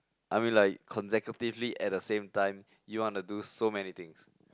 I mean like consecutively at the same time you want to do so many things